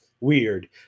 weird